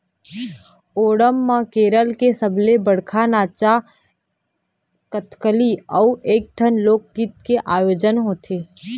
ओणम म केरल के सबले बड़का नाचा कथकली अउ कइठन लोकगीत के आयोजन होथे